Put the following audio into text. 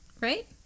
Right